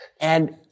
And-